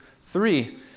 three